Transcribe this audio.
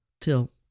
till